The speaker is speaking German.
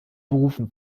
berufen